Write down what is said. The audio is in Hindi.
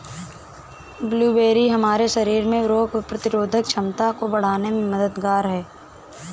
ब्लूबेरी हमारे शरीर में रोग प्रतिरोधक क्षमता को बढ़ाने में मददगार है